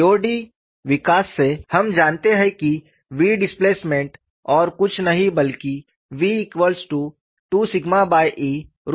COD विकास से हम जानते हैं कि v डिस्प्लेसमेंट और कुछ नहीं बल्कि v2Ea2 x2 है